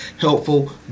helpful